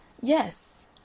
Yes